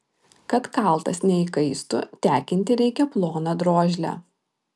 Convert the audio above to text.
kad kaltas neįkaistų tekinti reikia ploną drožlę